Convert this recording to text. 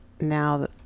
now